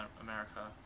America